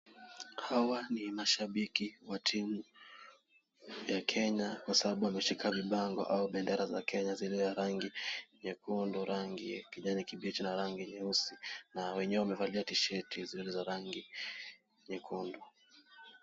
Hawa ni mashabiki wa timu ya Kenya kwa sababu wameshika vibango au bendera za Kenya zilizo na rangi nyekundu, rangi ya kijani kibichi na rangi nyeusi. Na wenyewe wamevalia tishati zilizo na rangi nyekundu.